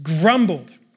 grumbled